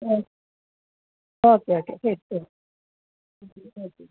ആ okay okay ശരി ശരി ഓക്കെ